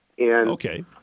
Okay